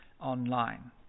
online